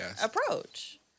approach